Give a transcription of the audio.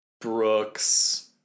Brooks